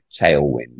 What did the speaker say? tailwind